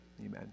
Amen